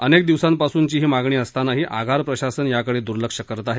अनेक दिवसांपासूनची ही मागणी असतानाही आगार प्रशासन याकडे द्र्लक्ष करत आहे